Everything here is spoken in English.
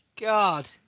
God